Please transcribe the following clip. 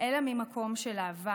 אלא ממקום של אהבה,